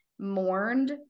mourned